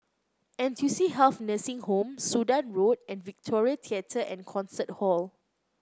N two C Health Nursing Home Sudan Road and Victoria Theatre and Concert Hall